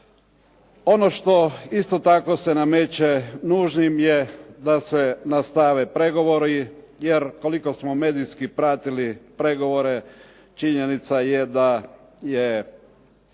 Ono što isto tako se nameće nužnim je da se nastave pregovori, jer koliko smo medijski pratili pregovore, činjenica da su